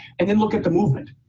and then look at the movement.